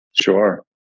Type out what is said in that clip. Sure